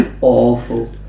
awful